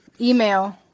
email